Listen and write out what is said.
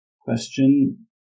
question